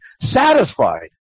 satisfied